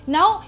Now